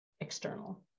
external